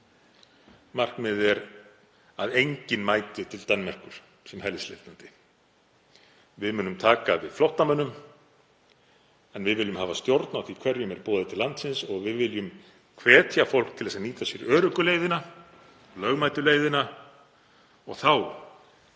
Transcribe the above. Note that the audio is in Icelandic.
Markmiðið er að enginn mæti til Danmerkur sem hælisleitandi. Við munum taka við flóttamönnum en við viljum hafa stjórn á því hverjum er boðið til landsins og við viljum hvetja fólk til að nýta sér öruggu leiðina, lögmætu leiðina, og þá